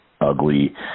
ugly